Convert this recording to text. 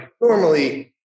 normally